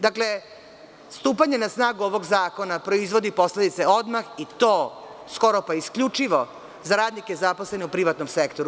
Dakle, stupanje na snagu ovog zakona proizvodi posledice odmah i to skoro pa isključivo za radnike zaposlene u privatnom sektoru.